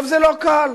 זה לא קל.